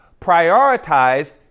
prioritized